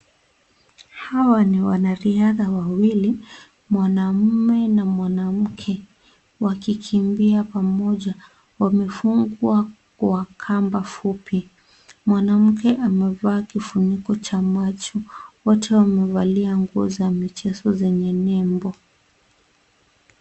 Hawa ni wanariadha wawili, mwanaume na mwanamke, wakikimbia pamoja wamefungwa kwa kamba fupi, mwanamke amevaa kifuniko cha macho, wote wamevalia nguo za michezo zenye nembo.